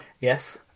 Yes